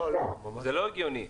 זה לא הגיוני.